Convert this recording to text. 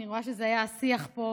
אני רואה שזה היה השיח פה,